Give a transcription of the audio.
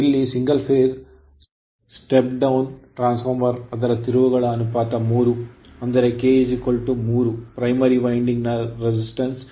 ಇಲ್ಲಿ single phase step down transformer ಅದರ ತಿರುವುಗಳ ಅನುಪಾತ 3 ಅಂದರೆ k 3 primary winding ಪ್ರಾಥಮಿಕ ವೈಂಡಿಂಗ್ ನ resistance ಮತ್ತು reactance 1